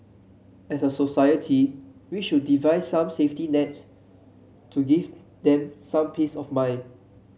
as a society we should devise some safety nets to give them some peace of mind